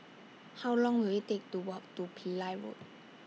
How Long Will IT Take to Walk to Pillai Road